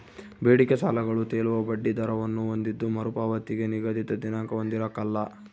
ಬೇಡಿಕೆ ಸಾಲಗಳು ತೇಲುವ ಬಡ್ಡಿ ದರವನ್ನು ಹೊಂದಿದ್ದು ಮರುಪಾವತಿಗೆ ನಿಗದಿತ ದಿನಾಂಕ ಹೊಂದಿರಕಲ್ಲ